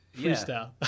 freestyle